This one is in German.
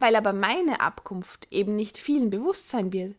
weil aber meine abkunft eben nicht vielen bewust seyn wird